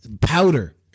powder